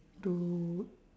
to